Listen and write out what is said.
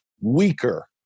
weaker